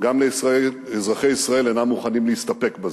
גם אזרחי ישראל אינם מוכנים להסתפק בזה.